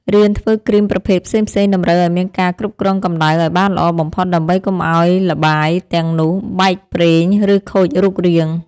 រៀនធ្វើគ្រីមប្រភេទផ្សេងៗតម្រូវឱ្យមានការគ្រប់គ្រងកម្ដៅឱ្យបានល្អបំផុតដើម្បីកុំឱ្យល្បាយទាំងនោះបែកប្រេង ឬខូចរូបរាង។